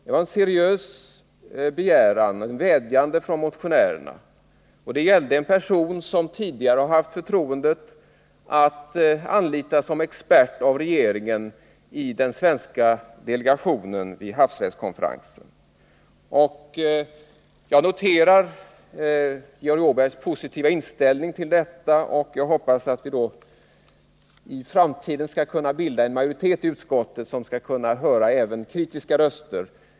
Det var en seriös begäran, en vädjan från motionärerna, och det gällde en person som tidigare haft förtroendet att av regeringen anlitas som expert i den svenska delegationen vid havsrättskonferensen. Jag noterar Georg Åbergs positiva inställning till detta och hoppas att vi i framtiden skall kunna bilda en majoritet i utskottet för att höra även kritiska röster.